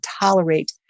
tolerate